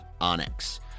Onyx